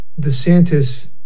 DeSantis